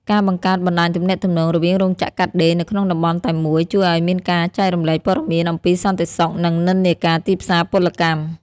ការបង្កើតបណ្ដាញទំនាក់ទំនងរវាងរោងចក្រកាត់ដេរនៅក្នុងតំបន់តែមួយ ជួយឱ្យមានការចែករំលែកព័ត៌មានអំពីសន្តិសុខ និងនិន្នាការទីផ្សារពលកម្ម។